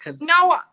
No